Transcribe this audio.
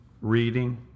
Reading